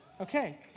Okay